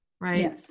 right